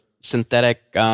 synthetic